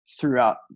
throughout